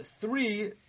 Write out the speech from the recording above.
three